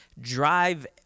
drive